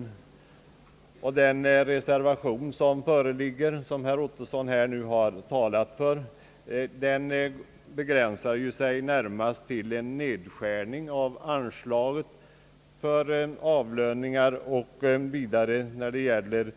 Den föreliggande reservationen, vilken herr Ottosson nyligen har talat för, begränsar sig ju närmast till en nedskärning av anslaget för avlöningar och vidare när det gäller